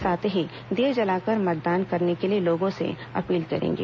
साथ ही दीये जलाकर मतदान करने के लिए लोगों से अपील करेंगे